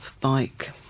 Bike